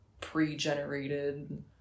pre-generated